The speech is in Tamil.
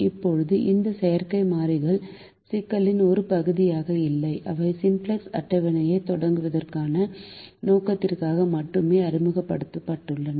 இப்போது இந்த செயற்கை மாறிகள் சிக்கலின் ஒரு பகுதியாக இல்லை அவை சிம்ப்ளக்ஸ் அட்டவணையைத் தொடங்குவதற்கான நோக்கத்திற்காக மட்டுமே அறிமுகப்படுத்தப்பட்டுள்ளன